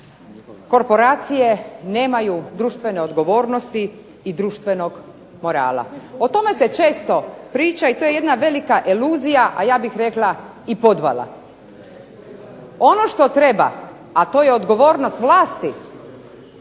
korporacije nemaju društvene odgovornosti i društvenog morala. O tome se često priča i to je jedna velika iluzija, a ja bih rekla i podvala. Ono što treba, a to je odgovornost vlasti